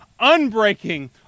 unbreaking